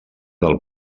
del